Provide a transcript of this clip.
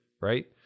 right